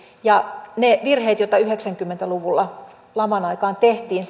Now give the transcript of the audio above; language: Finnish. toivoisi että niitä virheitä joita yhdeksänkymmentä luvulla laman aikaan tehtiin